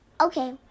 Okay